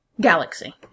Galaxy